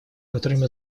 которым